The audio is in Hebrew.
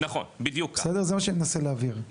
זה מה שאני מנסה להבהיר.